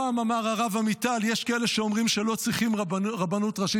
פעם אמר הרב עמיטל: יש כאלה שאומרים שלא צריכים רבנות ראשית.